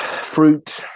fruit